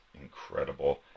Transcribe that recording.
incredible